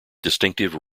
distinctive